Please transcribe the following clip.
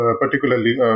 particularly